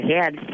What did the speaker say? head